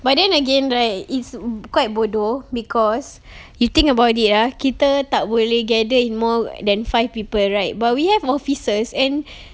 but then again right it's quite bodoh because you think about it ah kita tak boleh gathered in more than five people right but we have offices and